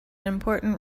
important